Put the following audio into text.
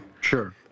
Sure